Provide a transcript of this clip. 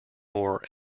ore